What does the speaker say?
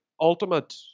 ultimate